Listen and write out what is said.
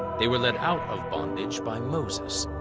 they were lead out of bondage by moses,